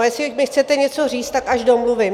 Jestli mi chcete něco říct, tak až domluvím!